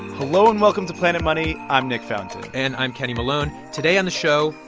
hello, and welcome to planet money. i'm nick fountain and i'm kenny malone. today on the show,